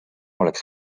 oleks